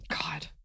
God